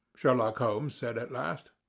sherlock holmes said at last.